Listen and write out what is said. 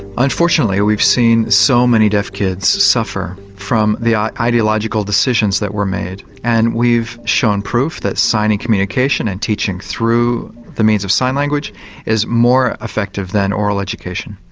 unfortunately we've seen so many deaf kids suffer from the ideological decisions that were made and we've shown proof that signing communication and teaching through the means of sign language is more effective than oral education.